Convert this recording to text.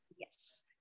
Yes